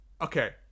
okay